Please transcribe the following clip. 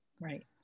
Right